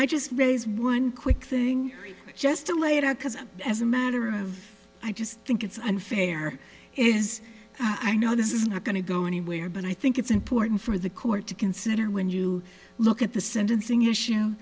raise one quick thing just to lay it out because as a matter of i just think it's unfair is i know this is not going to go anywhere but i think it's important for the court to consider when you look at the sentencing issue